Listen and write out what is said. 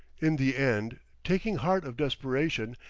in the end, taking heart of desperation,